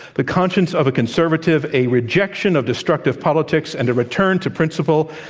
the conscience of a conservative a rejection of destructive politics and a return to principle.